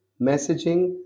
messaging